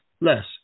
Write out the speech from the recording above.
less